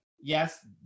yes